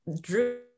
drew